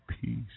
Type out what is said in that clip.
peace